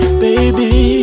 baby